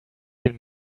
been